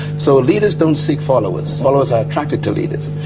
so leaders don't seek followers, followers are attracted to leaders.